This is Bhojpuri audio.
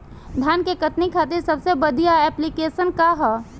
धान के कटनी खातिर सबसे बढ़िया ऐप्लिकेशनका ह?